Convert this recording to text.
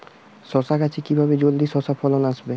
শশা গাছে কিভাবে জলদি শশা ফলন আসবে?